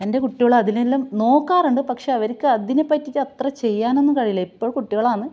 എന്റെ കുട്ടികോളതിനെയെല്ലാം നോക്കാറുണ്ട് പക്ഷെയവർക്കതിനെ പറ്റീട്ടത്ര ചെയ്യാനൊന്നും കഴിയില്ലയിപ്പോൾ കുട്ടികളാന്ന്